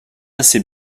assez